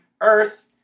earth